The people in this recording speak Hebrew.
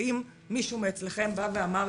האם מישהו אצלכם אמר,